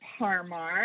Parmar